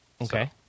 Okay